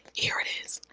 here it is.